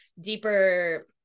deeper